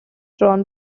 drawn